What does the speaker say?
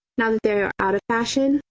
now that they are out of fashion,